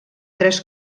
tres